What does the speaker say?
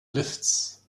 lifts